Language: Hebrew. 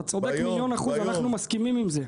אתה צודק במיליון אחוז, אנחנו מסכימים עם זה.